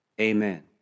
amen